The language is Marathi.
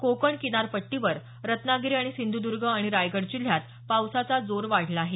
कोकण किनारपट्टीवर रत्नागिरी आणि सिंधुद्र्ग आणि रायगड जिल्ह्यात पावसाचा जोर वाढला आहे